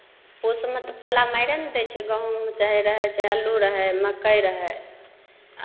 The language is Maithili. पूसमे तऽ पाला माइरे ने दै छै गहूंम म चाहे रहै चाहे अल्लू रहै मकै रहै अ